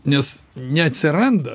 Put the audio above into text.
nes neatsiranda